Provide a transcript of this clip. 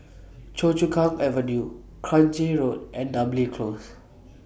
Choa Chu Kang Avenue Grange Road and Namly Close